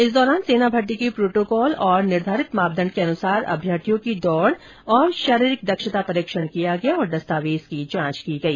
इस दौरान सेना भर्ती के प्रोटोकॉल और निर्धारित मापदण्ड के अनुसार अभ्यर्थियों की दौड और शारीरिक दक्षता परीक्षण किया गया तथा दस्तावेज की जांच की गई